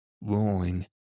roaring